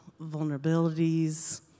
vulnerabilities